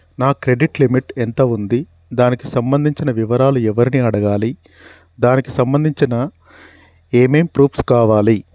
నా credit limit ఎంత ఉంది? దానికి సంబంధించిన వివరాలు ఎవరిని అడగాలి? దానికి సంబంధించిన ఏమేం ప్రూఫ్స్ కావాలి?